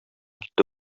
китте